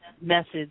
message